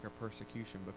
persecution